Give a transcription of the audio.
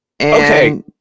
Okay